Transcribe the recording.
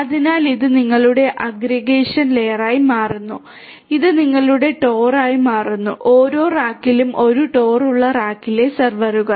അതിനാൽ ഇത് നിങ്ങളുടെ അഗ്രഗേഷൻ ലെയറായി മാറുന്നു ഇത് നിങ്ങളുടെ TOR ആയി മാറുന്നു ഓരോ റാക്കിലും ഒരു TOR ഉള്ള റാക്കിലെ സെർവറുകൾ